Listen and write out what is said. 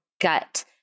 gut